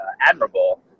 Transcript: admirable